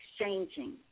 exchanging